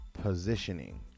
positioning